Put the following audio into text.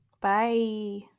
Bye